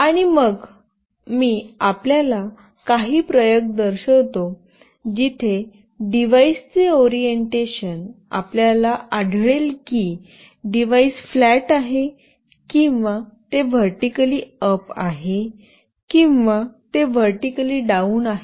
आणि मग मी आपल्याला काही प्रयोग दर्शवितो जिथे डिव्हाइसचे ओरिएंटेशन आपल्याला आढळेल की डिव्हाइस फ्लॅट आहे किंवा ते व्हर्टीकली अप आहे किंवा ते व्हर्टीकली डाउन आहे